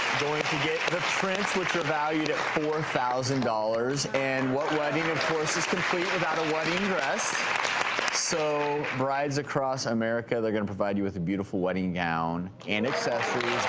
going to get the prints which were valued at four thousand dollars and what wedding of course is complete without a wedding dress so brides across america, they're going to provide you with a beautiful wedding gown and accessories